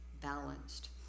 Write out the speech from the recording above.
balanced